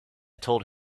told